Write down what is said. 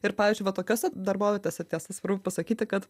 ir pavyzdžiui va tokiose darbovietėse tiesa svarbu pasakyti kad